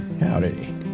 Howdy